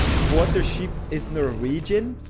water ship is norwegian.